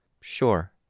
Sure